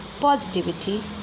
positivity